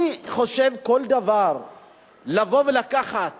אני חושב, כל דבר לבוא ולקחת